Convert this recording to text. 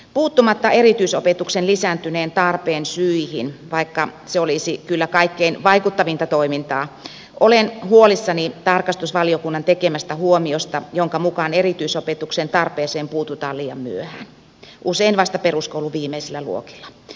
puuttumatta erityisopetuksen lisääntyneen tarpeen syihin vaikka se olisi kyllä kaikkein vaikuttavinta toimintaa olen huolissani tarkastusvaliokunnan tekemästä huomiosta jonka mukaan erityisopetuksen tarpeeseen puututaan liian myöhään usein vasta peruskoulun viimeisillä luokilla